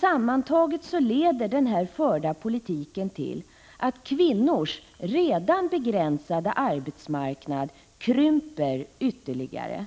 Sammantaget leder den förda politiken till att kvinnors redan begränsade arbetsmarknad krymper ytterligare.